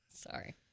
Sorry